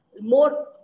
more